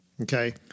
Okay